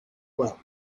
well